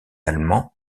allemand